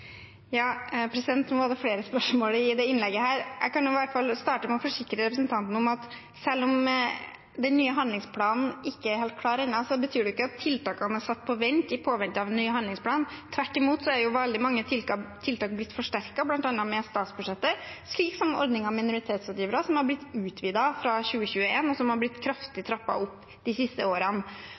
forsikre representanten om at selv om den nye handlingsplanen ikke er helt klar ennå, betyr ikke det at tiltakene er satt på vent i påvente av den. Tvert imot er veldig mange tiltak blitt forsterket, bl.a. med statsbudsjettet, slik som ordningen med minoritetsrådgivere, som har blitt utvidet fra 2021, og som har blitt kraftig trappet opp de siste årene.